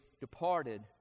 departed